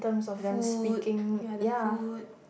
food ya the food